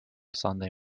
sunday